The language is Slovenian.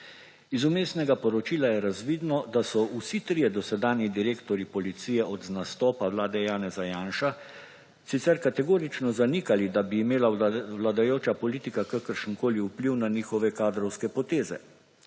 Iz Vmesnega poročila je razvidno, da so vsi trije dosedanji direktorji policije od nastopa vlade Janeza Janše sicer kategorično zanikali, da bi imela vladajoča politika kakršenkoli vpliv na njihove kadrovske poteze.